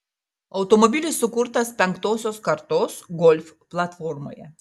automobilis sukurtas penktosios kartos golf platformoje